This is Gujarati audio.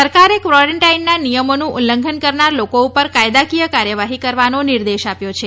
સરકારે કવારેન્ટાઇનના નિયમોનું ઉલ્લઘન કરનાર લોકો પર કાયદાકીય કાર્યવાહી કરવાના નિર્દેશ આપ્યા છે